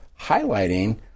highlighting